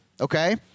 okay